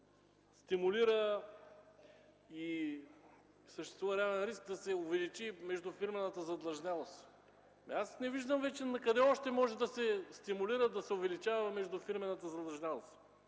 също така съществува и реален риск да се увеличи междуфирмената задлъжнялост. Не виждам вече накъде още може да се стимулира, да се увеличава междуфирмената задлъжнялост?